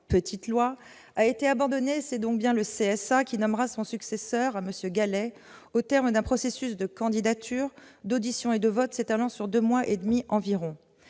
petite » loi a été abandonnée. C'est donc bien le CSA qui nommera le successeur de M. Gallet, au terme d'un processus de candidature, d'auditions et de vote s'étalant sur deux mois et demi environ.